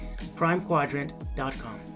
primequadrant.com